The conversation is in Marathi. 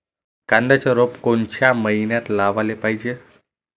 कांद्याचं रोप कोनच्या मइन्यात लावाले पायजे?